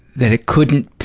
that it couldn't,